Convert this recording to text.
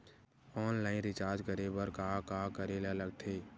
Online recharge करे बर का का करे ल लगथे?